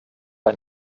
ein